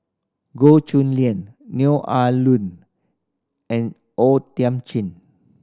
Goh Chu Lian Neo Ah Luan and O Thiam Chin